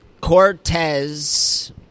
Cortez